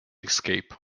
escape